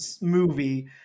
movie